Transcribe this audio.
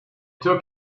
took